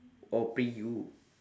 oh pre U